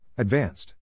Advanced